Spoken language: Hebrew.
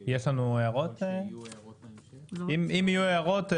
אם יהיו הערות,